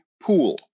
pool